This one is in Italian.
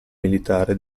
militare